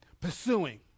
pursuing